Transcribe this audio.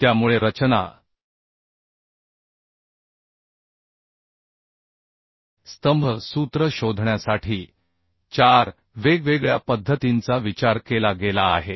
त्यामुळे रचना स्तंभ सूत्र शोधण्यासाठी चार वेगवेगळ्या पद्धतींचा विचार केला गेला आहे